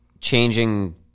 changing